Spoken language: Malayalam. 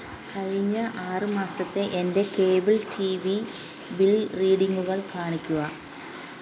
കഴിഞ്ഞ ആറ് മാസത്തെ എൻ്റെ കേബിൾ ടി വി ബിൽ റീഡിംഗുകൾ കാണിക്കുക